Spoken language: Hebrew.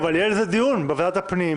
יהיה על זה דיון בוועדת הפנים.